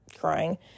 crying